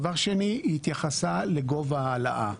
דבר שני היא התייחסה לגובה ההעלאה,